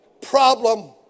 problem